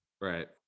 Right